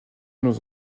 nos